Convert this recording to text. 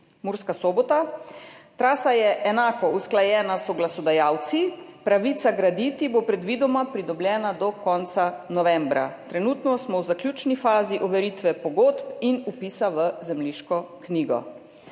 Murska Sobota, trasa je usklajena s soglasodajalci, pravica graditi bo predvidoma pridobljena do konca novembra. Trenutno smo v zaključni fazi overitve pogodb in vpisa v zemljiško knjigo.